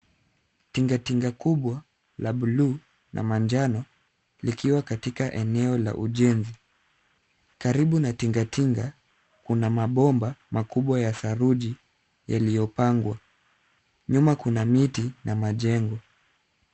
Tinga tinga kubwa la buluu na manjano likiwa katika eneo la ujenzi. Karibu na tinga tinga kuna mabomba makubwa ya saruji yaliyopangwa. Nyumakuna miti na majengo.